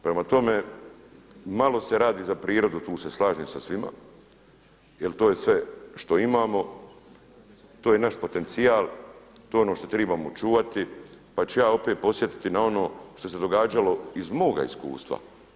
Prema tome, malo se radi za prirodu, tu se slažem sa svima, jer to je sve što imamo, to je naš potencijal, to je ono što trebamo čuvati pa ću ja opet podsjetiti na ono što se događalo iz moga iskustva.